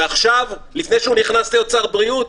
ועכשיו, לפני שהוא נכנס להיות שר הבריאות,